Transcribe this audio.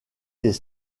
des